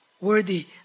worthy